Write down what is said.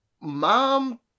Mom